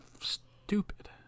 stupid